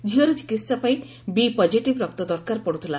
ଝିଅର ଚିକିହା ପାଇଁ ବି ପଜିଟିଭ ରକ୍ତ ଦରକାର ପଡୁଥିଲା